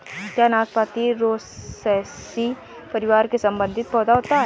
क्या नाशपाती रोसैसी परिवार से संबंधित पौधा होता है?